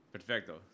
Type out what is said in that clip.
Perfecto